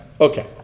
Okay